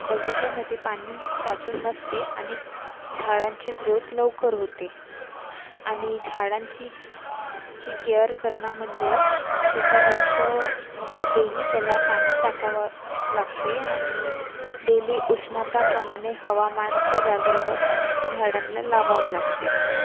बगिचामध्ये पाणी साचून नसते आणि झाडांची ग्रोथ लवकर होते आणि झाडांची ची केयर करणं म्हणजे त्याचा लक्ष म्हणजे डेली त्याला पाणी टाकावा लागते आणि डेली उष्णतेप्रमाणे हवामानच्या जागेवर झाडांना लावावं लागते